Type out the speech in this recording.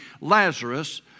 Lazarus